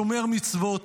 שומר מצוות,